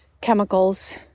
chemicals